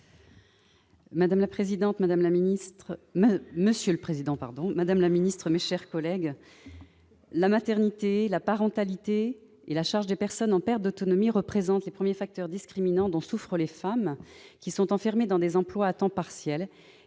Mme Nadine Grelet-Certenais. Monsieur le président, madame la ministre, mes chers collègues, la maternité, la parentalité et la prise en charge des personnes en perte d'autonomie représentent les premiers facteurs discriminants dont souffrent les femmes qui sont enfermées dans des emplois à temps partiel